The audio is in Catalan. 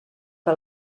que